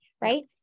Right